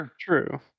True